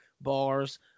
Bars